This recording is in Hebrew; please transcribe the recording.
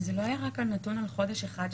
זה לא היה נתון רק על חודש אחד?